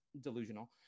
delusional